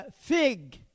fig